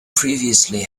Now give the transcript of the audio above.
previously